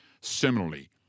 similarly